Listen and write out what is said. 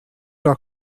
are